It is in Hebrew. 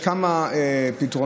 יש כמה פתרונות,